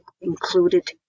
included